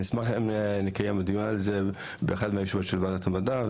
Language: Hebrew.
אני אשמח אם נקיים דיון על זה באחת מהישיבות של ועדת המדע.